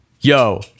yo